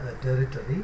territory